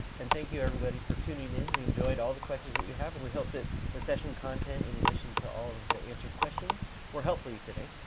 and thank you everybody for tuning in. we enjoyed all the questions that you have. and we hope that the session content in addition to all of the answered questions were helpful for you today.